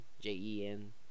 J-E-N